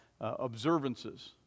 observances